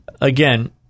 again